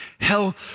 Hell